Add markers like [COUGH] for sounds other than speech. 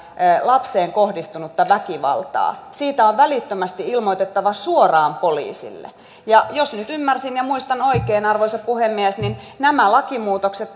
lapseen kohdistunutta väkivaltaa siitä on välittömästi ilmoitettava suoraan poliisille ja jos nyt ymmärsin ja muistan oikein arvoisa puhemies niin nämä lakimuutokset [UNINTELLIGIBLE]